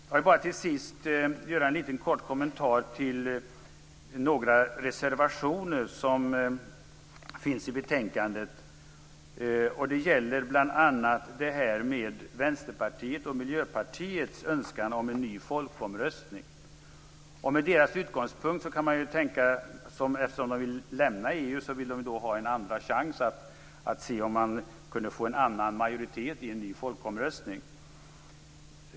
Jag vill bara till sist göra en liten kort kommentar till några reservationer som finns i betänkandet. Det gäller bl.a. Vänsterpartiets och Miljöpartiets önskan om en ny folkomröstning. Mot bakgrund av deras utgångspunkt och eftersom de vill lämna EU kan man tänka att de vill ha en andra chans att se om det kan bli en annan majoritet i en ny folkomröstning.